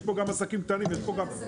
יש פה גם עסקים קטנים --- רועי,